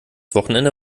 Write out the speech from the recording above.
wochenende